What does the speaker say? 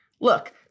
Look